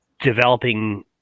Developing